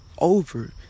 over